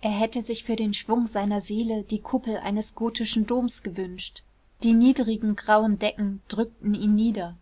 er hätte sich für den schwung seiner seele die kuppel eines gotischen doms gewünscht die niedrigen grauen decken drückten ihn nieder